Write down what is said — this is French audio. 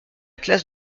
classe